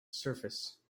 surface